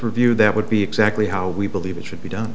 review that would be exactly how we believe it should